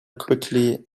quickly